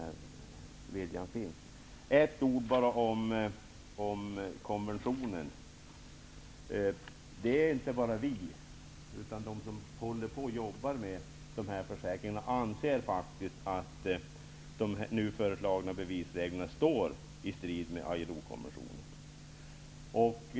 Bara ytterligare ett ord om konventionen. Inte bara vi, utan också de som jobbar med dessa försäkringar anser faktiskt att de nu föreslagna bevisreglerna står i strid med ILO-konventionen.